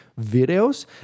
videos